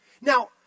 Now